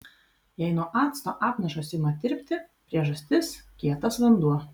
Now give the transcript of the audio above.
jei nuo acto apnašos ima tirpti priežastis kietas vanduo